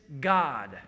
God